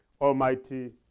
Almighty